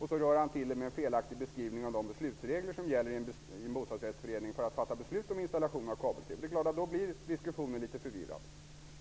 Han rör till det med en felaktig beskrivning av de regler som gäller för att fatta beslut om installation av kabel-TV i en bostadsrättsförening. Det är klart att diskussionen då blir litet förvirrad.